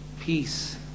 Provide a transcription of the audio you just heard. peace